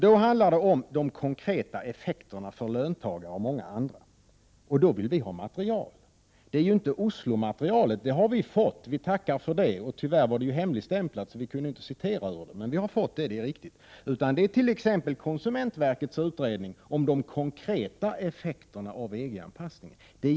Då handlar det om de konkreta effekterna för löntagare och många andra, och då vill vi ha material. Oslomaterialet har vi fått, och vi tackar för det — tyvärr var det hemligstämplat, så vi kunde inte citera ur det. Däremot får vi inte konsumentverkets utredning om de konkreta effekterna av EG anpassning.